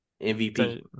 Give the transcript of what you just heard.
MVP